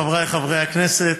חבריי חברי הכנסת,